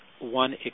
one